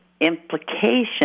implication